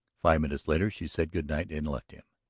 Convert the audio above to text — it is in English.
five minutes later she said good night and left him.